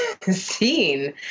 scene